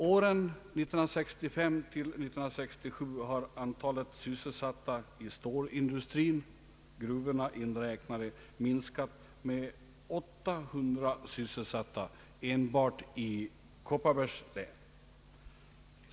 Åren 1965—1967 har antalet sysselsatta inom = stålindustrin, gruvorna inräknade, minskat med 800 sysselsatta enbart i Kopparbergs län.